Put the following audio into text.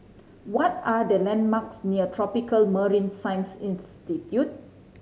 what are the landmarks near Tropical Marine Science Institute